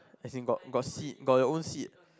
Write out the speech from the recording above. as in got seat got your own seat